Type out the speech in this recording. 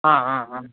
ஆ ஆ ஆ